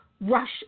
rush